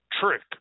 trick